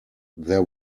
there